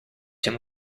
him